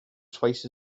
twice